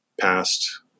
past